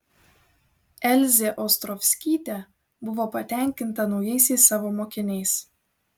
elzė ostrovskytė buvo patenkinta naujaisiais savo mokiniais